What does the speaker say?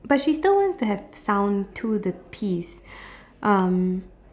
but she still wants to have sound to the piece um